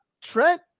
Trent